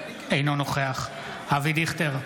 אינו נוכח אבי דיכטר,